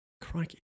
Crikey